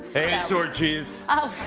sore cheese.